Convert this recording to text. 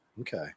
Okay